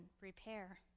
repair